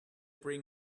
bring